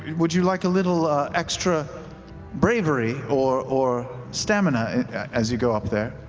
would you like a little extra bravery or or stamina as you go up there?